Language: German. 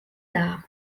dar